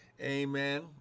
amen